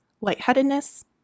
lightheadedness